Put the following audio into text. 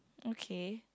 okay